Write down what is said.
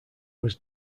was